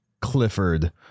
Clifford